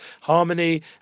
harmony